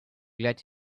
glad